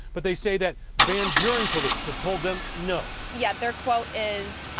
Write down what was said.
but they say that van buren police have told them no. yeah, their quote is,